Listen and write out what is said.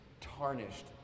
tarnished